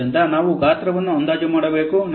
ಆದ್ದರಿಂದ ನಾವು ಗಾತ್ರವನ್ನು ಅಂದಾಜು ಮಾಡಬೇಕು